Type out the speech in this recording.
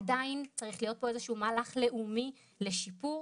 עדיין צריך להיות פה איזה שהוא מהלך לאומי לשיפור